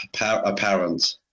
apparent